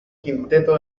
quinteto